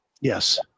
Yes